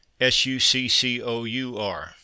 S-U-C-C-O-U-R